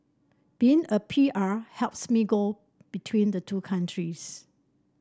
being a P R helps me go between the two countries